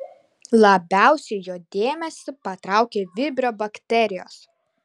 labiausiai jo dėmesį patraukė vibrio bakterijos